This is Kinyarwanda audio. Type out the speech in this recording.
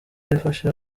yafashe